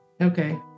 Okay